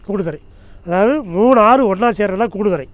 கூடுதுறை அதாவது மூணு ஆறும் ஒன்றா சேர்றதுதான் கூடுதுறை